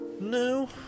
No